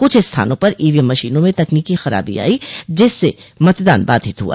कुछ स्थानों पर ईवीएम मशीनों में तकनीकी खराबी आई जिससे मतदान बाधित हुआ